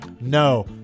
No